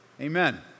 Amen